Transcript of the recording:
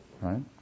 Right